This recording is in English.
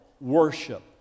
worship